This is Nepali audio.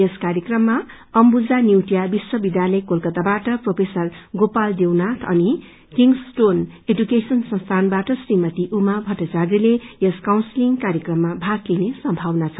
यस कार्यक्रममा अम्बुजा न्यूटिया विश्व विध्यालय कोलकाताबाट प्रोफेसर गोपाल देवनाथ अनि किंग्स स्टोन एडुकेशन संस्थानबाट श्रीमती उमा भट्टार्चाय ले यस काउन्सीलिंग कार्यक्रममा भाग लिने संभावना छ